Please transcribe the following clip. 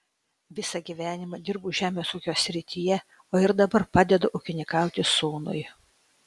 visą gyvenimą dirbau žemės ūkio srityje o ir dabar padedu ūkininkauti sūnui